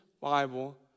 Bible